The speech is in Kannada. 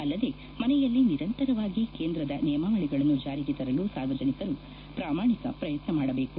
ಅಲ್ಲದೇ ಮನೆಯಲ್ಲಿ ನಿರಂತರವಾಗಿ ಕೇಂದ್ರದ ನಿಯಮಾವಳಿಗಳನ್ನು ಜಾರಿಗೆ ತರಲು ಸಾರ್ವಜನಿಕರು ಪ್ರಾಮಾಣಿಕ ಪ್ರಯತ್ನ ಮಾಡಬೇಕು